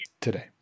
Today